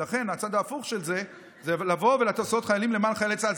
ולכן הצד ההפוך של זה הוא לבוא ולעשות למען חיילי צה"ל.